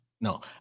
No